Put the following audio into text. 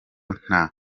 nta